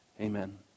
amen